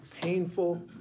painful